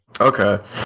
Okay